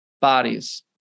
bodies